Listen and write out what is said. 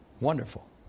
Wonderful